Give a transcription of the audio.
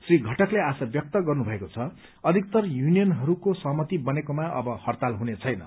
श्री घटकले आशा व्यक्त गर्नुभएको छ अधिक्तर युनियनहरूको सहमती बनेकोमा अब हड़ताल हुनै छैन